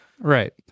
Right